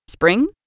Spring